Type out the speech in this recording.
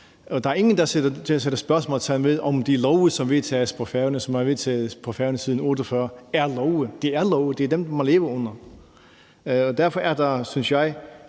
Der er ingen, der sætter spørgsmålstegn ved, om de love, som vedtages på Færøerne, og som man har vedtaget på Færøerne siden 1948, er love. Det er love. Det er dem, man lever under. Derfor er der, synes jeg,